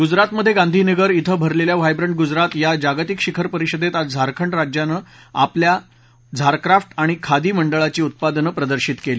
गुजरातमध्ये गांधीनगर इथं भरलेल्या व्हायब्रंट गुजरात या जागतिक शिखर परिषदेत आज झारखंड राज्यांनं आपल्या झारक्राफ्ट आणि खादी मंडळाची उत्पादनं प्रदर्शित केली